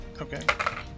Okay